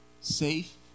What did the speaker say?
Safe